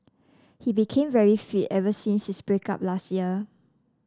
he became very fit ever since his break up last year